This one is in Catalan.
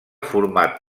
format